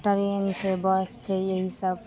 train छै bus छै यही सभ